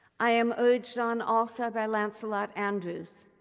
i am urged on also by lancelot andrewes,